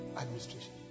administration